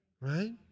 right